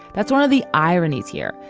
that's one of the ironies here.